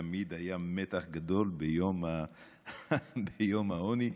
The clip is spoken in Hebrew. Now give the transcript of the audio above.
ותמיד היה מתח גדול ביום העוני,